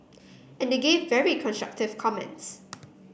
and they gave very constructive comments